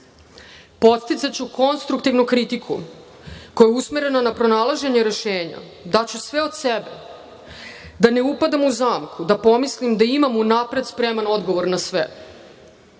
Podsticaću konstruktivnu kritiku koja je usmerena ka pronalaženju rešenja. Daću sve od sebe da ne upadam u zamku da pomislim da imam unapred spreman odgovor na